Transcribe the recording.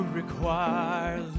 require